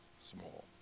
small